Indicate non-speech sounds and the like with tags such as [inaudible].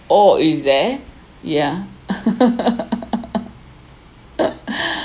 oh is there yeah [laughs] [breath]